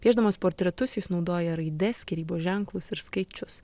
piešdamas portretus jis naudoja raides skyrybos ženklus ir skaičius